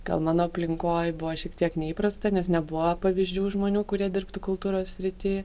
gal mano aplinkoj buvo šiek tiek neįprasta nes nebuvo pavyzdžių žmonių kurie dirbtų kultūros srity